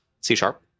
c-sharp